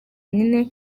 nyine